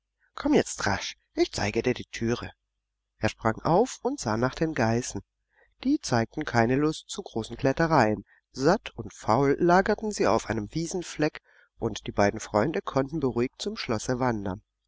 komm jetzt rasch ich zeige dir die türe er sprang auf und sah nach den geißen die zeigten keine lust zu großen klettereien satt und faul lagerten sie auf einem wiesenfleck und die beiden freunde konnten beruhigt zum schlosse wandern